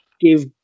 give